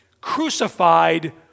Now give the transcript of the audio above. crucified